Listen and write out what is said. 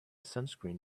sunscreen